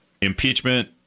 Impeachment